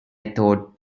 thought